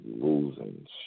losing